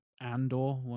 Andor